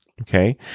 Okay